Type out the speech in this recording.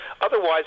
otherwise